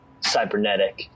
cybernetic